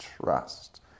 trust